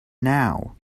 now